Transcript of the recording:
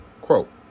Quote